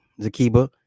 Zakiba